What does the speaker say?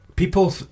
People